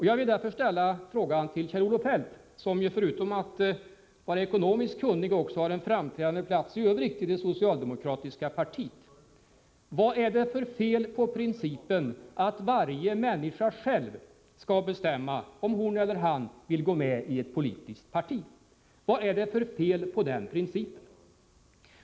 Jag vill därför ställa frågan till Kjell-Olof Feldt, som förutom att vara ekonomiskt kunnig också har en framträdande plats i det socialdemokratiska partiet: Vad är det för fel på principen att varje människa själv skall bestämma om han eller hon vill gå med i ett politiskt parti?